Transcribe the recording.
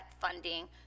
funding